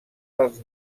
pels